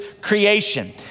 creation